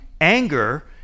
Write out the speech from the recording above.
Anger